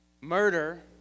Murder